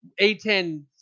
A10